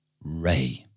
Ray